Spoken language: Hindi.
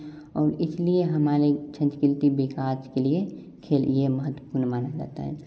और इसलिए हमारे संस्कृति भी आज के लिए खेल लिए महत्वपूर्ण माना जाता है